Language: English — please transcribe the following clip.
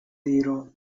zero